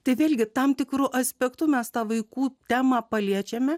tai vėlgi tam tikru aspektu mes tą vaikų temą paliečiame